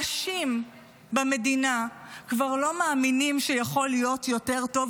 אנשים במדינה כבר לא מאמינים שיכול להיות יותר טוב,